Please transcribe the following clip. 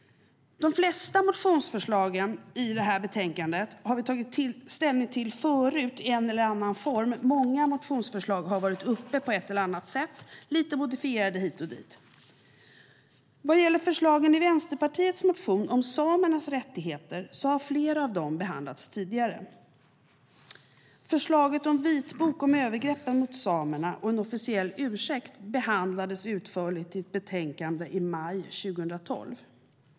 De flesta motionsförslagen i betänkandet har vi tagit ställning till förut i en eller annan form. Många motionsförslag har varit uppe på ett eller annat sätt, lite modifierade hit och dit. Flera av förslagen i Vänsterpartiets motion om samernas rättigheter har behandlats tidigare. Förslaget om vitbok om övergreppen mot samerna och en officiell ursäkt behandlades utförligt i ett betänkande i maj 2012.